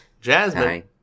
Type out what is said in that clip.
jasmine